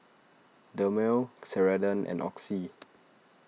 Dermale Ceradan and Oxy